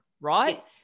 right